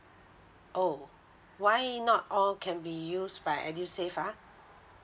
oh why not all can be use by EDUSAVE ah